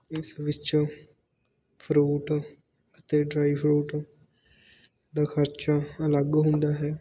ਇਸ ਵਿੱਚੋਂ ਫਰੂਟ ਅਤੇ ਡਰਾਈ ਫਰੂਟ ਦਾ ਖਰਚਾ ਅਲੱਗ ਹੁੰਦਾ ਹੈ